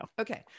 Okay